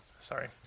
Sorry